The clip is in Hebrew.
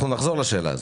נחזור לשאלה הזאת.